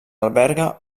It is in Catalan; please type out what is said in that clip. alberga